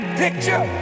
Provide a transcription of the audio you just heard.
picture